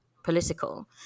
political